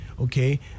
Okay